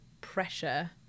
pressure